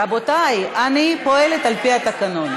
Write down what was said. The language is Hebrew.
רבותי, אני פועלת על פי התקנון.